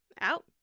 out